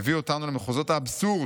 מביא אותנו למחוזות האבסורד.